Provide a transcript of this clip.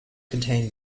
contain